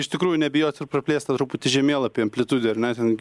iš tikrųjų nebijot ir praplėst tą truputį žemėlapį amplitudę ar ne ten